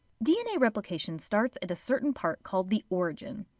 dna replication starts at a certain part called the origin.